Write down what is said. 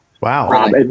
Wow